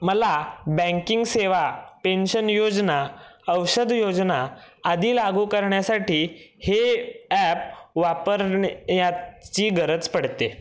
मला बँकिंग सेवा पेन्शन योजना औषध योजना आदी लागू करण्यासाठी हे ॲप वापरण्याची गरज पडते